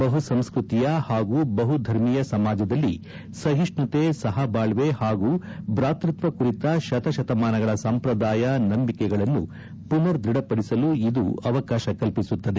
ಬಹುಸಂಸ್ಟತಿಯ ಪಾಗೂ ಬಹುಧರ್ಮೀಯ ಸಮಾಜದಲ್ಲಿ ಸಹಿಷ್ಟುತೆ ಸಹಬಾಳ್ವೆ ಹಾಗೂ ಭ್ರಾತೃತ್ವ ಕುರಿತ ಶತಶತಮಾನಗಳ ಸಂಪ್ರದಾಯ ನಂಬಿಕೆಗಳನ್ನು ಪುನರ್ ದೃಢಪಡಿಸಲು ಇದು ಅವಕಾಶ ಕಲ್ಪಿಸುತ್ತದೆ